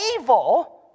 evil